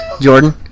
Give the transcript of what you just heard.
Jordan